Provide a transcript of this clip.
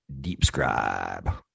DeepScribe